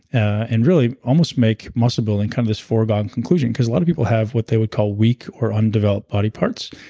and really almost make muscle building kind of this foregone conclusion because a lot of people have what they would call weak or undeveloped body parts.